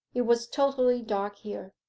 it was totally dark here.